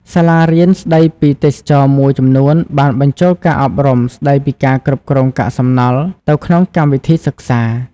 សាលារៀនស្តីពីទេសចរណ៍មួយចំនួនបានបញ្ចូលការអប់រំស្តីពីការគ្រប់គ្រងកាកសំណល់ទៅក្នុងកម្មវិធីសិក្សា។